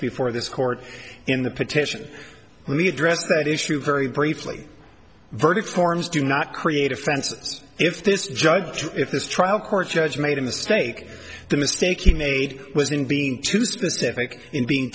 before this court in the petition we address that issue very briefly verdict forms do not create offenses if this judge if this trial court judge made a mistake the mistake he made was in being too specific in being